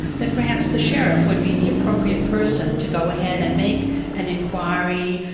that perhaps the sheriff would be the appropriate person to go ahead and make an enquiry.